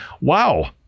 wow